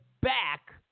back